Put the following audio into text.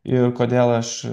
ir kodėl aš